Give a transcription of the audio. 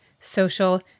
social